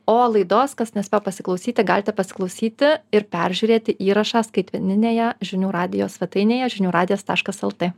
o laidos kas nespėjo pasiklausyti galite pasiklausyti ir peržiūrėti įrašą skaitmeninėje žinių radijo svetainėje žinių radijas taškas lt